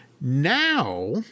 Now